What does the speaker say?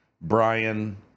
Brian